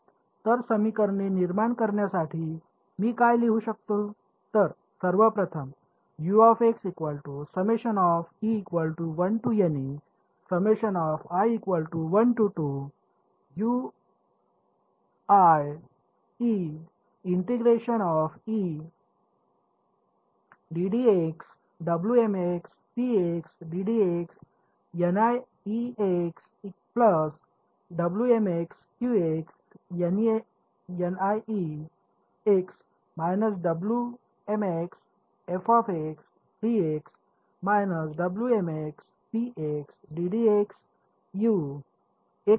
तर समीकरणे निर्माण करण्यासाठी मी काय लिहू शकतो